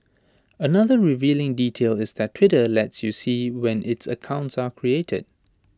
another revealing detail is that Twitter lets you see when its accounts are created